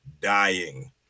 dying